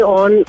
on